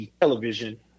television